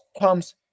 comes